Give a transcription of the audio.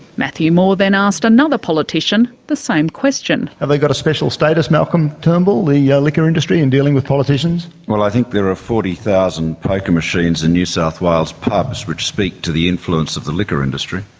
matthew moore then asked another politician the same question. have they got a special status, malcolm turnbull, the yeah liquor industry in dealing with politicians? well, i think there are forty thousand poker machines in new south wales pubs which speak to the influence of the liquor industry.